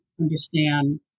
understand